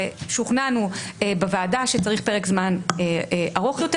ושוכנענו בוועדה שצריך פרק זמן ארוך יותר,